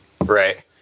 Right